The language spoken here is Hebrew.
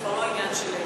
זה כבר לא עניין של,